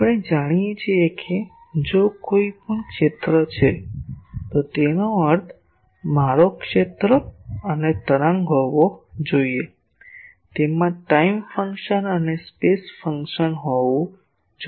આપણે જાણીએ છીએ કે જો કોઈ પણ ક્ષેત્ર છે તો તેનો અર્થ મારો ક્ષેત્ર અને તરંગ હોવો જોઈએ તેમાં ટાઇમ ફંક્શન તેમજ સ્પેસ ફંક્શન હોવું જોઈએ